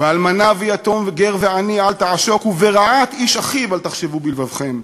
"ואלמנה ויתום גר ועני אל תעשקו ורעת איש אחיו אל תחשבו בלבבכם".